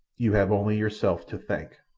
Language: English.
you have only yourself to thank.